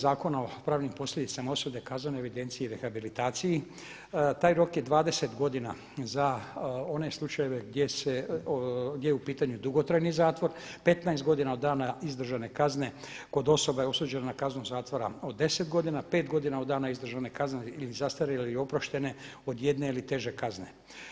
Zakona o pravnim posljedicama osude kaznenoj evidenciji i rehabilitaciji taj rok je 20 godina za one slučajeve gdje se, gdje je u pitanju dugotrajni zatvor, 15 godina od dana izdržane kazne kod osobe osuđene na kaznu zatvora od 10 godina, 5 godina od dana izdržane kazne ili zastarjele ili oproštene od jedne ili teže kazne.